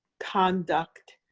conduct,